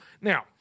Now